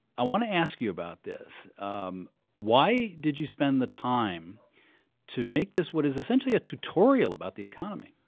i want to ask you about this um why did you spend the time to make this, what is essentially a tutorial about the economy?